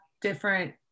different